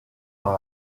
dans